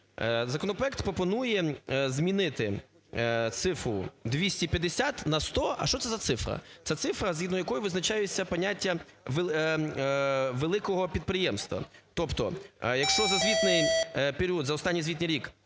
законопроект пропонує змінити цифру 250 на 100. А що це за цифра? Це цифра, згідно якої визначається поняття "великого підприємства". Тобто якщо за звітний період,